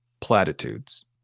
platitudes